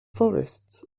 forests